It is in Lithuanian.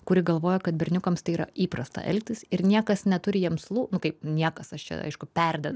kuri galvoja kad berniukams tai yra įprasta elgtis ir niekas neturi jiems lū nu kaip niekas aš čia aišku perdedu